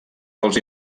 dels